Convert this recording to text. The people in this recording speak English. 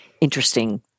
interesting